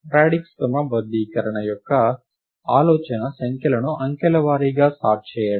radix క్రమబద్ధీకరణ యొక్క ఆలోచన సంఖ్యలను అంకెల వారీగా సార్ట్ చేయడం